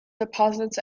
deposits